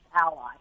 ally